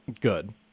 Good